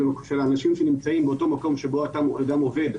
של האנשים שנמצאים באותו מקום שבו אותו אדם עובד,